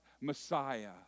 Messiah